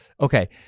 okay